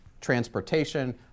transportation